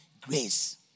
Grace